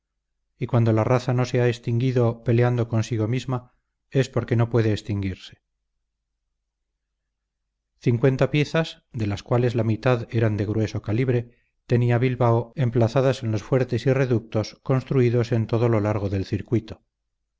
y cuando la raza no se ha extinguido peleando consigo misma es porque no puede extinguirse cincuenta piezas de las cuales la mitad eran de grueso calibre tenía bilbao emplazadas en los fuertes y reductos construidos en todo lo largo del circuito